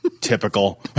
Typical